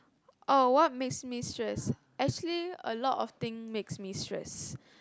oh what makes me stress actually a lot of thing makes me stress